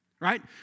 Right